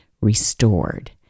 restored